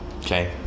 okay